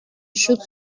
schutz